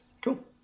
Cool